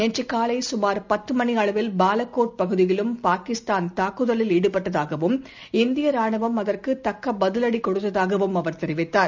நேற்றுகாலைசுமார் பத்துமணியளவில் பாலக்கோட் பகுதியிலும் பாகிஸ்தான் தாக்குதலில் ஈடுபட்டதாகவும் இந்தியராணுவம் அதற்குத் தக்கபதிலடிகொடுத்ததாகவும் அவர் தெரிவித்தார்